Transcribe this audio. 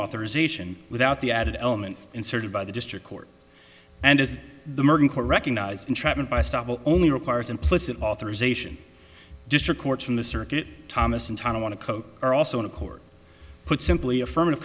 authorization without the added element inserted by the district court and is the merging court recognized entrapment by stop only requires implicit authorization district courts from the circuit thomason time i want to quote are also in a court put simply affirmative